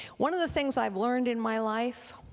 one of the things i've learned in my life